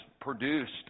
produced